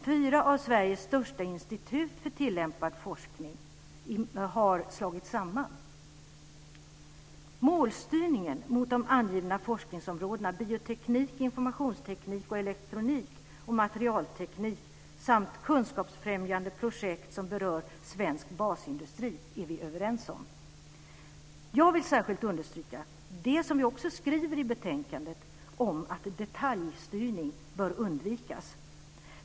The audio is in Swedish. Fyra av Sveriges största institut för tillämpad forskning har slagits samman. Målstyrningen mot de angivna forskningsområdena bioteknik, informationsteknik, elektronik och materialteknik samt kunskapsfrämjande projekt som berör svensk basindustri är vi överens om. Jag vill särskilt understryka det som vi också skriver i betänkandet om att detaljstyrning bör undvikas.